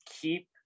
keep